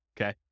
Okay